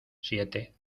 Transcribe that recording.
siete